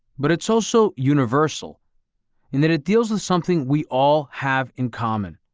but it's also universal in that it deals with something we all have in common,